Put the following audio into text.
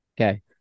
Okay